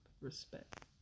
respect